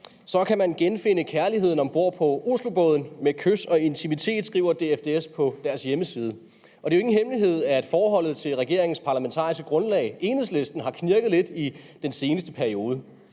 kan man genfinde kærligheden om bord på oslobåden med kys og intimitet, skriver DFDS på deres hjemmeside. Og det er jo ingen hemmelighed, at forholdet til regeringens parlamentariske grundlag, Enhedslisten, har knirket lidt i den seneste periode.